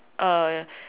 uh